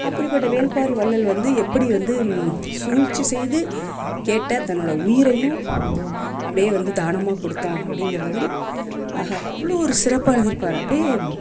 அப்படிப்பட்ட வேள்பாரி வள்ளல் வந்து எப்படி வந்து சூழ்ச்சி செய்து கேட்ட தன்னுடைய உயிரையும் அப்படியே வந்து தானமாக கொடுத்தான் அப்படிங்கிறத வந்து ஆஹா அவ்வளோ ஒரு சிறப்பாக எழுதி இருப்பார் அப்படியே